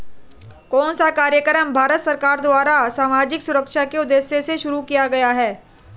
कौन सा कार्यक्रम भारत सरकार द्वारा सामाजिक सुरक्षा के उद्देश्य से शुरू किया गया है?